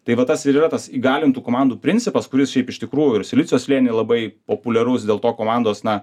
tai va tas ir yra tas įgalintų komandų principas kuris šiaip iš tikrųjų ir silicio slėny labai populiarus dėl to komandos na